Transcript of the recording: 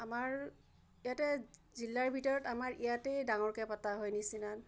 আমাৰ ইয়াতে জিলাৰ ভিতৰত আমাৰ ইয়াতে ডাঙৰকৈ পতা হয় নিচিনা